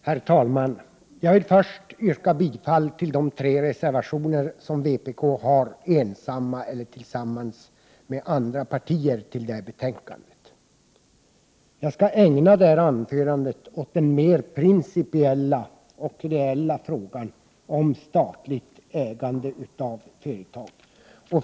Herr talman! Jag vill först yrka bifall till de tre reservationer som vpk har ensamma eller tillsammans med andra partier och som är fogade till detta betänkande. Jag skall ägna detta anförande åt den mera principiella och ideella frågan angående statligt ägande av företag.